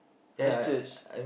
Christchurch